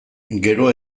gero